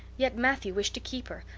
yet matthew wished to keep her,